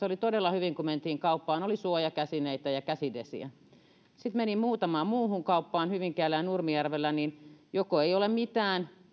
oli todella hyvin kun mentiin kauppaan suojakäsineitä ja käsidesiä kun sitten menin muutamaan muuhun kauppaan hyvinkäällä ja nurmijärvellä niin joko ei ole mitään